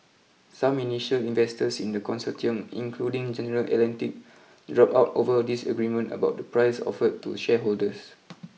some initial investors in the consortium including General Atlantic drop out over disagreement about the price offered to shareholders